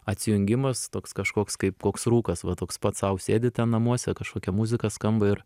atsijungimas toks kažkoks kaip koks rūkas va toks pats sau sėdi ten namuose kažkokia muzika skamba ir